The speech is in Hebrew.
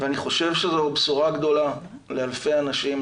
אני חושב שזו בשורה גדולה לאלפי אנשים,